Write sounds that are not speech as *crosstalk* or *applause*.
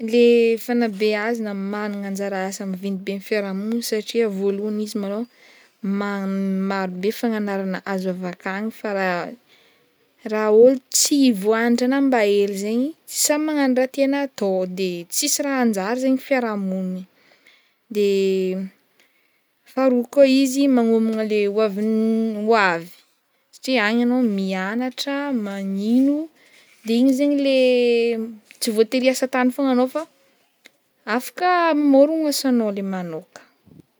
Le fanabeazagna magnana anjaraasa maventy be am' fiarahamony satria voalohany izy malôha ma- marobe fagnanarana azo avy akany fa raha, raha ohatra tsy vôandrana mba hely zegny tsy sahy magnano raha tiana atao de tsisy raha hanjary zegny fiarahamony de faharoa koa izy magnomagna le hoavin'- hoavy satria agny anao mianatra, magnino de igny zegny le *hesitation* tsy voatery hiasa tany fogna anao fa afaka mamôrogno asanao le manoka.